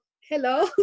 hello